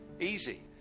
Easy